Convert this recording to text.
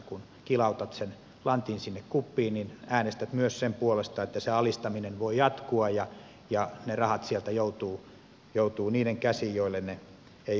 kun kilautat sen lantin sinne kuppiin niin äänestät myös sen puolesta että se alistaminen voi jatkua ja ne rahat sieltä joutuvat niiden käsiin joille ne eivät oikeasti kuulu